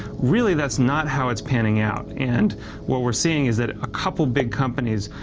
really, that's not how it's panning out. and what we're seeing is that a couple of big companies.